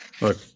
Look